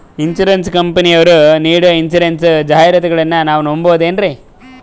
Insurance ಕಂಪನಿಯರು ನೀಡೋ insurance ಜಾಹಿರಾತುಗಳನ್ನು ನಾವು ನಂಬಹುದೇನ್ರಿ?